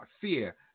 fear